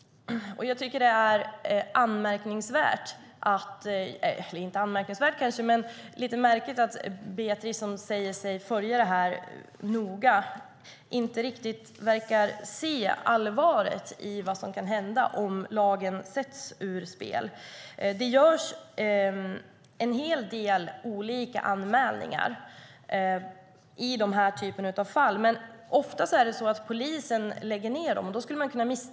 Jag tycker att det är lite märkligt att Beatrice Ask, som säger sig följa det här noga, inte riktigt verkar se allvaret i vad som kan hända om lagen sätts ur spel. Det görs en hel del anmälningar när det gäller den här typen av fall. Men ofta är det så att polisen lägger ned dem.